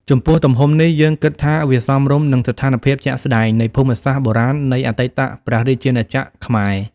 ចំពោះទំហំនេះ យើងគិតថាវាសមរម្យនឹងស្ថាន ភាពជាក់ស្តែង នៃភូមិសាស្ត្របុរាណនៃអតីតព្រះរាជាណាចក្រខ្មែរ។